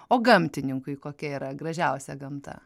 o gamtininkui kokia yra gražiausia gamta